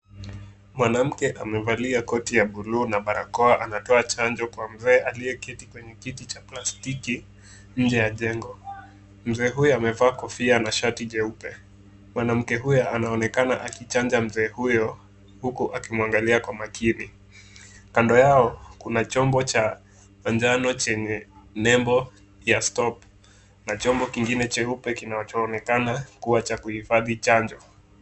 Mwanamke amevalia koti ya buluu na barakoa anatoa chanjo kwa mzee aliyeketi kwenye kiti cha plastiki nje ya jengo. Mzee huyu amevaa kofia na shati jeupe. Mwanamke huyu anaonekana akichanja mzee huyo huku akimwangalia kwa makini. Kando yao kuna chombo cha manjano chenye nembo ya stop na chombo kingine nyeupe kinachoonekana ya kuhifadhi chanjo.